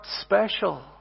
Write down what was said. special